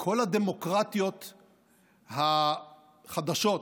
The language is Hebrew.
כל הדמוקרטיות החדשות,